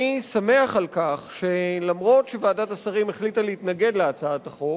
אני שמח על כך שאף שוועדת השרים החליטה להתנגד להצעת החוק,